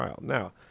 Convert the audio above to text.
Now